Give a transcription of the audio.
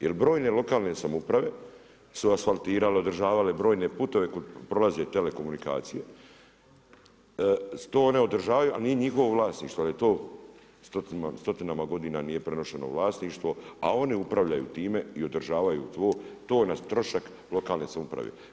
Jer brojne lokalne samouprave su asfaltirale, održavale brojne puteve kud prolaze telekomunikacije, to one održavaju, a nije njihovo vlasništvo, stotinama godinama nije prenošeno vlasništvo, a one upravljaju time i održavaju to na trošak lokalne samouprave.